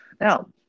Now